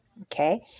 Okay